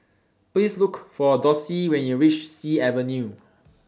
Please Look For Dossie when YOU REACH Sea Avenue